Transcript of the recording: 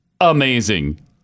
amazing